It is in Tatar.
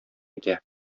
итә